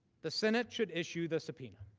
the senate should issue the subpoena.